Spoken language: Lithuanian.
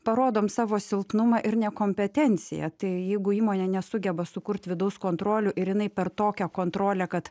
parodom savo silpnumą ir nekompetenciją tai jeigu įmonė nesugeba sukurt vidaus kontrolių ir jinai per tokią kontrolę kad